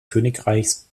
königreichs